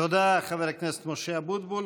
תודה לחבר הכנסת משה אבוטבול.